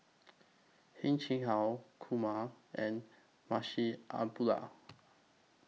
Heng Chee How Kumar and Munshi Abdullah